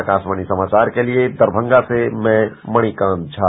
आकाशवाणी समाचार के लिये दरमंगा से मैं मणिकांझ झा